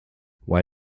why